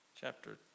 chapter